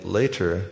later